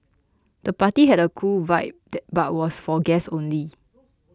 the party had a cool vibe but was for guests only